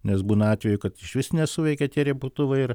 nes būna atvejų kad išvis nesuveikia tie ribotuvai ir